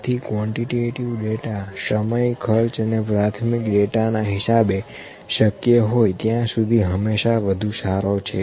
તેથીક્વોન્ટીટેટીવ data સમય ખર્ચ અને પ્રાથમિક ડેટા ના હિસાબે શક્ય હોય ત્યાં સુધી હમેશા વધુ સારો છે